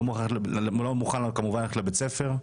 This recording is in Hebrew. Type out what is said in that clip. לא מוכן כמובן ללכת לבית הספר.